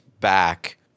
back